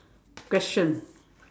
question